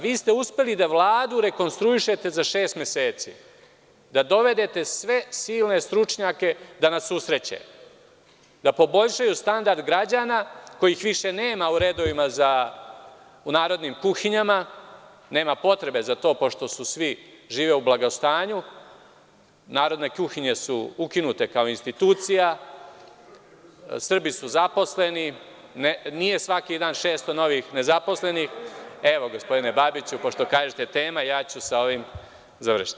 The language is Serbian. Vi ste uspeli da Vladu rekonstruišete za šest meseci, da dovedete sve silne stručnjake da nas usreće, da poboljšaju standard građana kojih više nema u redovima u narodnim kuhinjama, nema potrebe za to pošto svi žive u blagostanju, narodne kuhinje su ukinute kao institucija, Srbi su zaposleni, nije svaki dan 600 novih nezaposlenih. (Zoran Babić, s mesta: Tema.) Evo, gospodine Babiću, pošto kažete – tema, ja ću sa ovim završiti.